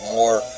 more